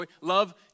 Love